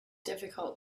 difficult